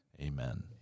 amen